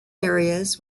areas